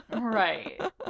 Right